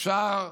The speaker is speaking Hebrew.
אפשר